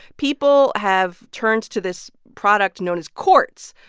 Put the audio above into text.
people have turned to this product known as quartz.